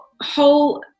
whole